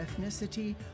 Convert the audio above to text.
ethnicity